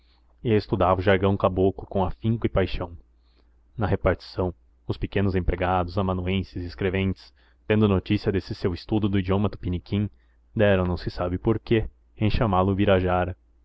e estudava o jargão caboclo com afinco e paixão na repartição os pequenos empregados amanuenses e escreventes tendo notícia desse estudo do idioma tupiniquim deram não se sabe por que em chamá-lo ubirajara